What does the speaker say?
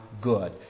good